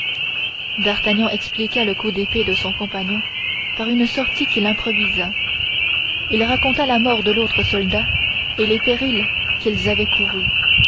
d'artagnan expliqua le coup d'épée de son compagnon par une sortie qu'il improvisa il raconta la mort de l'autre soldat et les périls qu'ils avaient courus